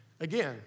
Again